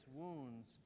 wounds